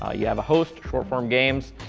ah you have a host, short-form games,